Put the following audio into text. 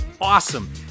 awesome